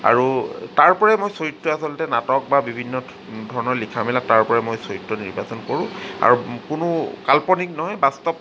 আৰু তাৰ ওপৰতে মই চৰিত্ৰ আচলতে নাটক বা বিভিন্ন ধৰণৰ লিখা মেলা তাৰ পৰাই চৰিত্ৰ নিৰ্বাচন কৰোঁ আৰু কোনো কাল্পনিক নহয় বাস্তৱ